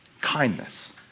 kindness